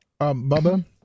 Bubba